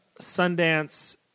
Sundance